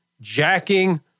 jacking